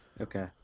Okay